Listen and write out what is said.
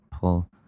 pull